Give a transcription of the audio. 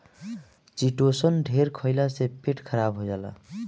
chitosan ढेर खईला से पेट खराब हो जाला